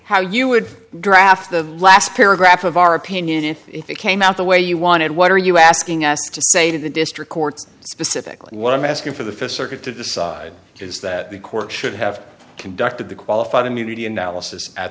how you would draft the last paragraph of our opinion and if it came out the way you wanted what are you asking us to say to the district courts specifically what i'm asking for the fifth circuit to decide is that the court should have conducted the qualified immunity analysis at